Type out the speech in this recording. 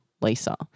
Lisa